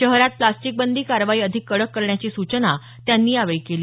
शहरात प्लास्टिक बंदी कारवाई अधिक कडक करण्याची सूचना त्यांनी यावेळी केली